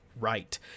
right